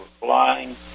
flying